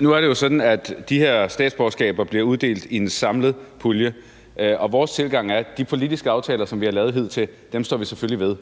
Nu er det jo sådan, at de her statsborgerskaber bliver uddelt i en samlet pulje, og vores tilgang er, at de politiske aftaler, som vi har lavet hidtil, står vi selvfølgelig ved.